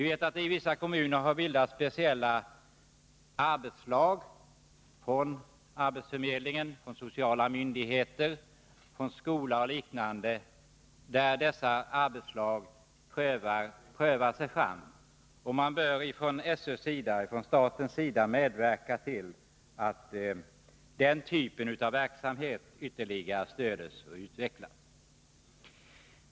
Vi vet att det i vissa kommuner har bildats arbetslag, med representanter för arbetsförmedlingen, sociala myndigheter och skolan, som prövar sig fram. Man bör från SÖ:s och från statens sida medverka till att denna typ av verksamhet ytterligare stöds och utvecklas.